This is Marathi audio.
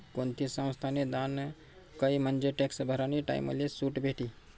कोणती संस्थाले दान कयं म्हंजे टॅक्स भरानी टाईमले सुट भेटी